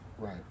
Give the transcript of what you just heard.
right